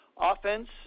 offense